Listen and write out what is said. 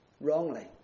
wrongly